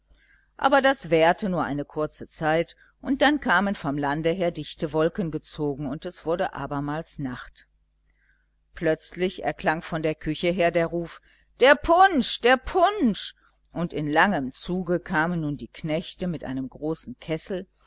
aber das währte nur eine kurze zeit dann kamen vom lande her dichte wolken gezogen und es wurde abermals nacht plötzlich erklang von der küche her der ruf der punsch der punsch und in langem zuge kamen nun die knechte mit einem großen kessel